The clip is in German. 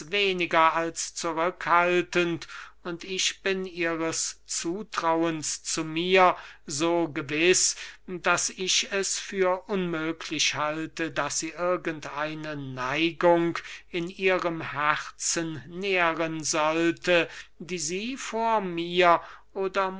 weniger als zurückhaltend und ich bin ihres zutrauens zu mir so gewiß daß ich es für unmöglich halte daß sie irgend eine neigung in ihrem herzen nähren sollte die sie vor mir oder